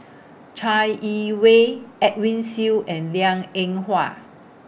Chai Yee Wei Edwin Siew and Liang Eng Hwa